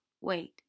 Wait